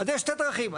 אז יש שתי דרכים ,